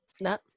no